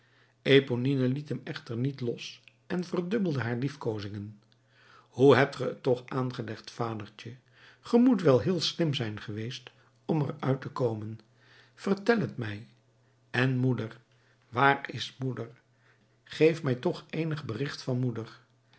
eponine liet hem echter niet los en verdubbelde haar liefkoozingen hoe hebt ge het toch aangelegd vadertje ge moet wel heel slim zijn geweest om er uit te komen vertel het mij en moeder waar is moeder geef mij toch eenig bericht van moeder